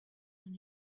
when